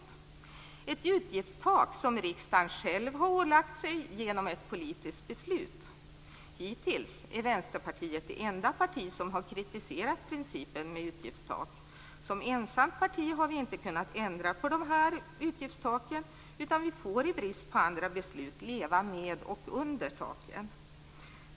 Detta utgiftstak har riksdagen själv ålagt sig genom ett politiskt beslut. Hittills är Vänsterpartiet det enda parti som har kritiserat principen om utgiftstak. Vänstern har som ensamt parti inte kunnat ändra på utgiftstaken utan får i brist på andra beslut leva med och under taken.